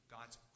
God's